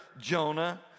Jonah